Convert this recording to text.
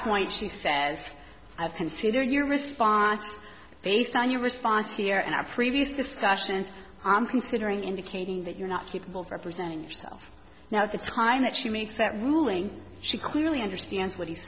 point she says i consider your response based on your response here and our previous discussions i'm considering indicating that you're not capable of representing yourself now it's time that she makes that ruling she clearly understands what he's